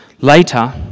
Later